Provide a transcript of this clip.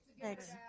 Thanks